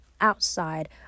outside